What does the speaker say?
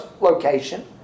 location